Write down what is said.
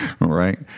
right